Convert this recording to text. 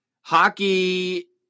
Hockey